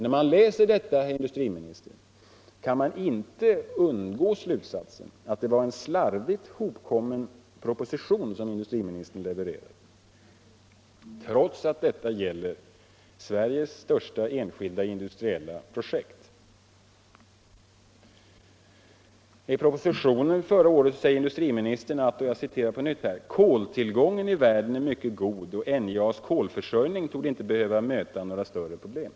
När man läser detta, herr industriminister, kan man inte undvika att dra slutsatsen att det var en slarvigt hopkommen proposition industriministern lämnade trots att detta gäller Sveriges största industriella projekt. I propositionen förra året säger industriministern att ”koltillgången i världen är mycket god och NJA:s kolförsörjning torde inte behöva möta några större problem”.